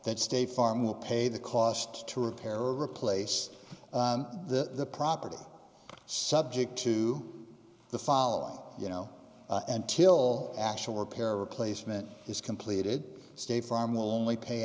that state farm will pay the cost to repair or replace the property subject to the following you know until actual repair replacement is completed state farm will only pay